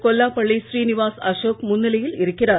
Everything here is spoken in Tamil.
கொல்லாபள்ளிஸ்ரீனிவாஸ்அசோக்முன்னிலையில்இருக்கிறார்